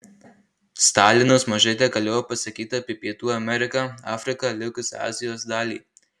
stalinas mažai tegalėjo pasakyti apie pietų ameriką afriką ir likusią azijos dalį